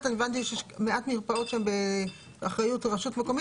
הבנתי שיש מעט מרפאות שהן באחריות הרשות המקומית